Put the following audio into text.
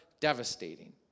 devastating